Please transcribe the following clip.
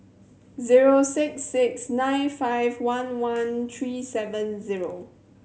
zero six six nine five one one three seven zero